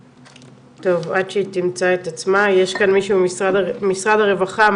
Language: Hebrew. טוב, בינתיים, יש כאן מישהו ממשרד הרווחה?